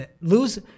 lose